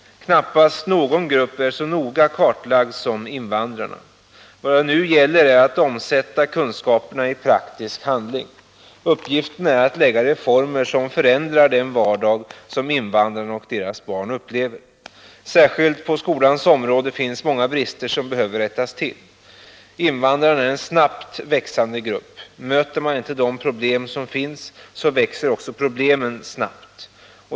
Knappast någon grupp är så noga kartlagd som invandrarna. Vad det nu gäller är att omsätta kunskaperna i praktisk handling. Uppgiften är att genomföra reformer som förändrar den vardag som invandrarna och deras barn upplever. Särskilt på skolans område finns många brister som behöver rättas till. Invandrarna är en snabbt växande grupp. Möter man inte de problem som finns, så växer de också snabbt.